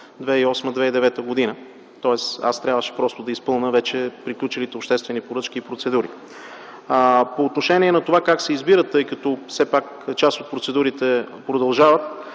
2008-2009 г. Тоест аз трябваше да изпълня вече приключилите обществени поръчки и процедури. По отношение на това как се избират, тъй като все пак част от процедурите продължават,